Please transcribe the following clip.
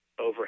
over